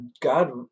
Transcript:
God